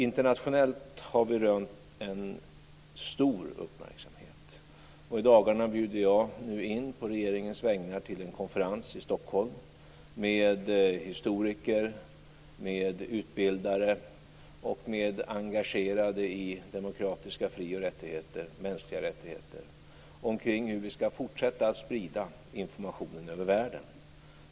Internationellt har vi rönt stor uppmärksamhet. I dagarna bjuder jag på regeringens vägnar in till en konferens i Stockholm med historiker, utbildare och människor som är engagerade i demokratiska fri och rättigheter och mänskliga rättigheter omkring hur vi skall fortsätta att sprida informationen över världen.